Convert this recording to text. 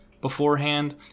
beforehand